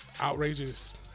outrageous